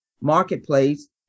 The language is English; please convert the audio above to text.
marketplace